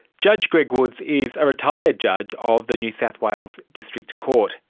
judge greg woods is a retired judge of the new south wales district court.